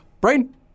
Brain